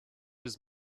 his